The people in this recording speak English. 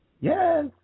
Yes